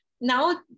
now